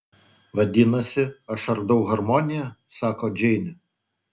vadinasi aš ardau harmoniją sako džeinė